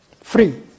free